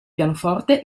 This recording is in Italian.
pianoforte